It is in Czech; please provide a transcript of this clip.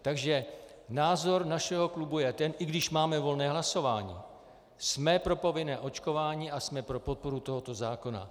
Takže názor našeho klubu je ten i když máme volné hlasování: jsme pro povinné očkování a jsme pro podporu tohoto zákona.